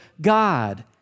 God